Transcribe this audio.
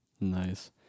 Nice